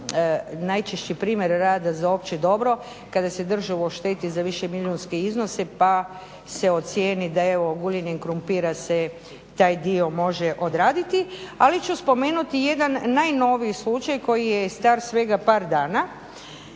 najčešći primjer rada za opće dobro kada se državu ošteti za višemilijunske iznose pa se ocijeni da evo guljenjem krumpira se taj dio može odraditi, ali ću spomenuti jedan najnoviji slučaj koji je star svega par dana,